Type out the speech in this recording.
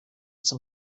zum